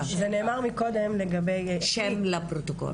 זה נאמר מקודם לגבי --- שם לפרוטוקול.